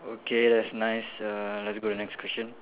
okay that's nice uh let's go the next question